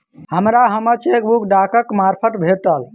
हमरा हम्मर चेकबुक डाकक मार्फत भेटल